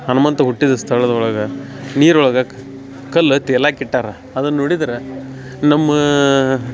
ಹನುಮಂತ ಹುಟ್ಟಿದ ಸ್ಥಳದೊಳಗೆ ನೀರೊಳಗೆ ಕಲ್ಲು ತೇಲಕ್ಕ ಇಟ್ಟಾರ ಅದನ್ನು ನೋಡಿದ್ರೆ ನಮ್ಮ